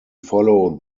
follow